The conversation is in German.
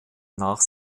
nach